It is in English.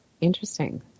interesting